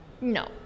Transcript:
No